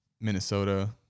Minnesota